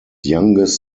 youngest